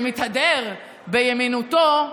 שמתהדר בימניותו,